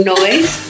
Noise